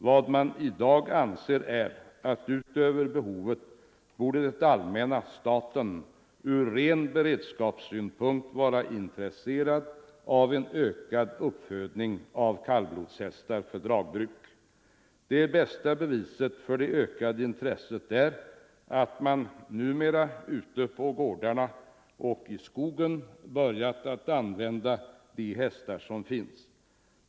Vad man i dag anser är att det allmänna —- staten — ur ren beredskapssynpunkt borde vara intresserad av en ökad uppfödning av kallblodshästar för dragbruk — utöver det föreliggande behovet. Det bästa beviset för det ökade intresset är att man numera ute på gårdarna och i skogen har börjat använda de hästar som finns.